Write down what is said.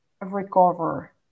recover